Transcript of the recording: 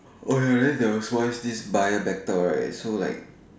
!oi! then there was once this buyer backed out right so like